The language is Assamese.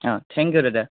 অঁ থেংক ইউ দাদা